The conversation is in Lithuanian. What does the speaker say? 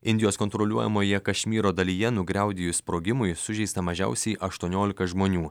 indijos kontroliuojamoje kašmyro dalyje nugriaudėjus sprogimui sužeista mažiausiai aštuoniolika žmonių